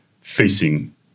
facing